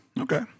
Okay